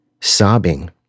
sobbing